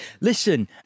Listen